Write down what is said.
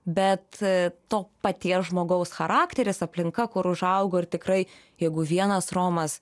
bet to paties žmogaus charakteris aplinka kur užaugo ir tikrai jeigu vienas romas